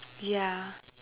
ya